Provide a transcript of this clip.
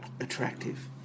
attractive